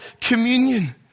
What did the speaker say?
communion